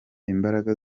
imbaraga